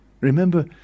Remember